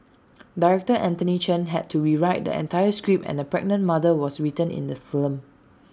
Director Anthony Chen had to rewrite the entire script and A pregnant mother was written into the film